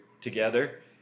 together